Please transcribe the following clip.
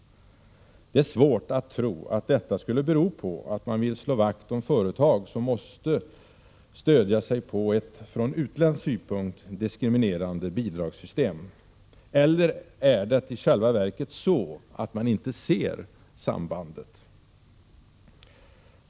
Det är svårt att tro att detta skulle bero på att man vill slå vakt om företag som måste stödja sig på ett från utländsk synpunkt diskriminerande bidragssystem. Eller är det i själva verket så att man inte ser sambandet?